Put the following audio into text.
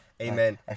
Amen